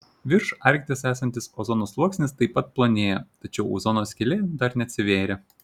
virš arkties esantis ozono sluoksnis taip pat plonėja tačiau ozono skylė dar neatsivėrė